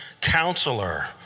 counselor